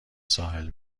ساحل